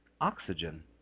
oxygen